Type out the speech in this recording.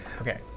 Okay